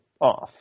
off